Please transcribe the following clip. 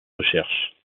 recherches